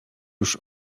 już